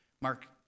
Mark